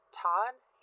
Todd